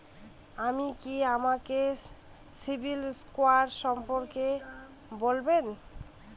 আপনি কি আমাকে সিবিল স্কোর সম্পর্কে বলবেন?